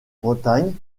bretagne